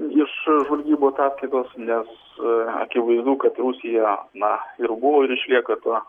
iš žvalgybų taktikos nes akivaizdu kad rusija na ir buvo ir išlieka ta